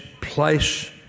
place